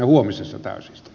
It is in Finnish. kyllä